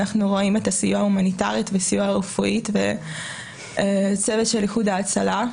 אנחנו רואים את הסיוע ההומניטרי ואת הסיוע הרפואי וצוות של איחוד ההצלה,